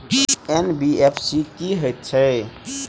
NBFC की हएत छै?